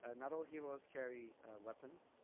ah not all heroes carry weapons